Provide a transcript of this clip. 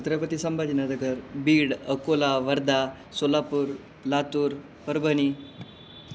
Chhatrapati Sambhajinagar Beed Akola Wardha Solapur Latur Parbhani